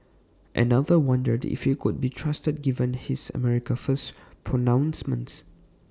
another wondered if he could be trusted given his America First pronouncements